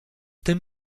tym